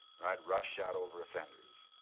ride roughshod over offenders.